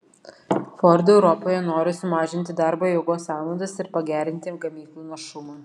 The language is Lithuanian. ford europoje nori sumažinti darbo jėgos sąnaudas ir pagerinti gamyklų našumą